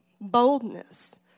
boldness